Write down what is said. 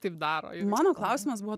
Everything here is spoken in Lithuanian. taip daro mano klausimas buvo